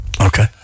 Okay